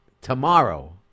tomorrow